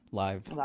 live